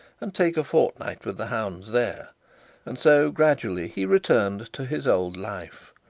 and take a fortnight with the hounds there and so gradually he returned to his old life.